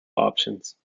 options